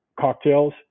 cocktails